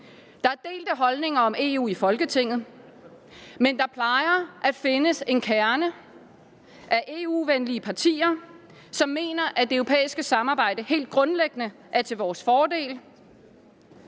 Der er delte holdninger om EU i Folketinget, men der plejer at findes en kerne af EU-venlige partier, som mener, at det europæiske samarbejde helt grundlæggende er til vores fordel,